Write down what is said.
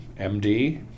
MD